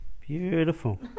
Beautiful